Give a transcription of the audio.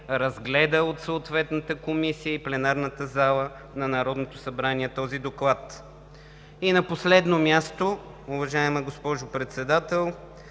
разгледа от съответната комисия и пленарната зала на Народното събрание този доклад. И на последно място, уважаема госпожо Председател,